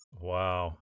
Wow